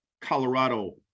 Colorado